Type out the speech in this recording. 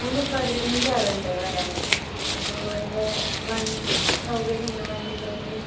ഞങ്ങൾക്ക് പതിനഞ്ച് ആളുണ്ട് വരാൻ അപ്പോൾ അതിൻ്റെ വണ്ടി സൗകര്യം എങ്ങനെയാണ് വണ്ടി സൗകര്യം